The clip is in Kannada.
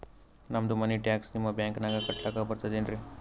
ನಮ್ದು ಮನಿ ಟ್ಯಾಕ್ಸ ನಿಮ್ಮ ಬ್ಯಾಂಕಿನಾಗ ಕಟ್ಲಾಕ ಬರ್ತದೇನ್ರಿ?